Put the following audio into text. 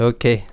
Okay